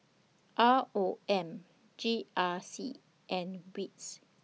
R O M G R C and WITS